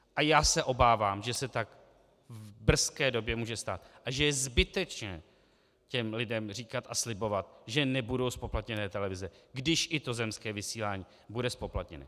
A já se obávám, že se tak v brzké době může stát a že je zbytečné těm lidem říkat a slibovat, že nebudou zpoplatněné televize, když i to zemské vysílání bude zpoplatněno.